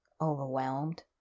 Overwhelmed